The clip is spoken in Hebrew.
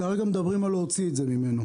כרגע מדברים על להוציא את זה ממנו.